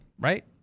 right